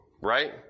right